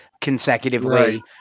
consecutively